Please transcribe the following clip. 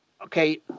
Okay